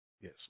Yes